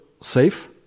safe